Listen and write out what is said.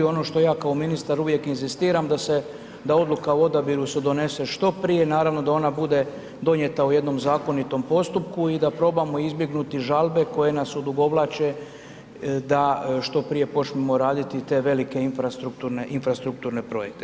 I ono što ja kao ministar uvijek inzistiram da odluka o odabiru se donese što prije, naravno da ona bude donijeta u jednom zakonitom postupku i da probamo izbjegnuti žalbe koje nas odugovlače da što prije počnemo raditi te velike infrastrukturne projekte.